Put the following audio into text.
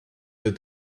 that